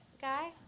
guy